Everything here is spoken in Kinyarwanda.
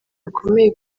bakomeye